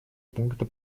пункта